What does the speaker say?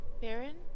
Baron